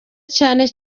cyane